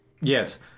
Yes